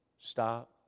stop